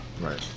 Right